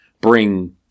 bring